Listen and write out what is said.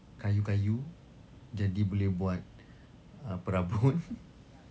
kayu-kayu jadi boleh buat uh perabot